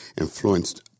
influenced